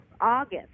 August